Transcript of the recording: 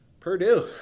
Purdue